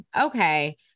okay